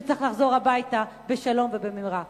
שצריך לחזור הביתה בשלום ובמהרה.